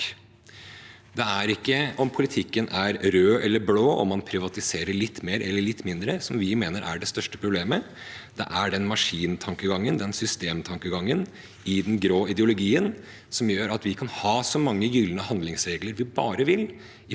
Det er ikke om politikken er rød eller blå, om man privatiserer litt mer eller litt mindre, som vi mener er det største problemet. Det er den maskintankegangen, den systemtankegangen i den grå ideologien, som gjør at vi kan ha så mange gylne handlingsregler vi bare vil. I praksis